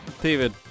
David